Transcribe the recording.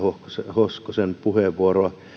hoskosen puheenvuoroa